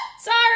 Sorry